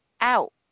out